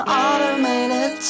automated